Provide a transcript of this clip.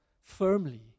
firmly